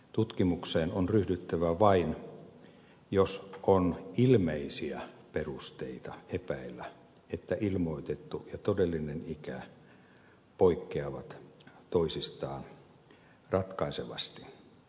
tutkimukseen on ryhdyttävä vain jos on ilmeisiä perusteita epäillä että ilmoitettu ja todellinen ikä poikkeavat toisistaan ratkaisevasti